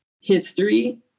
history